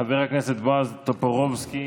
חבר הכנסת בועז טופורובסקי,